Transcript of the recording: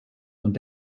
und